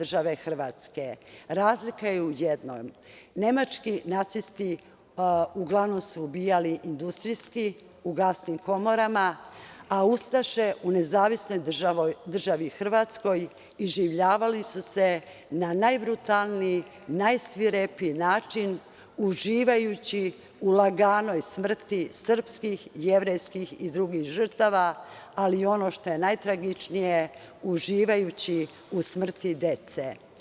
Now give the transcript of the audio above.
Razlika je u jednom, nemački nacisti uglavnom su ubijali industrijski, u gasnim komorama, a ustaše u NDH iživljavali su se na najbrutalniji, najsvirepiji način, uživajući u laganoj smrti sprskih, jevrejskih i drugih žrtava, ali i ono što je najtragičnije, uživajući u smrti dece.